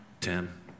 Tim